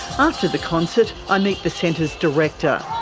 after the concert i meet the centre's director,